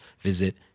visit